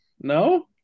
No